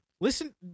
Listen